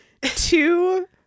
two